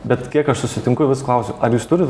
bet kiek aš susitinku vis klausiu ar jūs turit